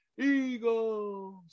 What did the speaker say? Eagles